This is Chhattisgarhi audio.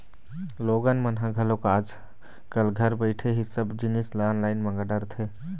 लोगन मन ह घलोक आज कल घर बइठे ही सब जिनिस ल ऑनलाईन मंगा डरथे